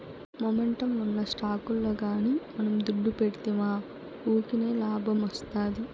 momentum ఉన్న స్టాకుల్ల గానీ మనం దుడ్డు పెడ్తిమా వూకినే లాబ్మొస్తాది